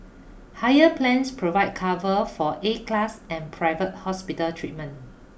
higher plans provide cover for A class and private hospital treatment